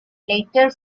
later